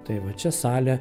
tai va čia salė